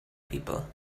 people